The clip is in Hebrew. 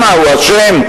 הוא אשם,